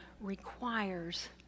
requires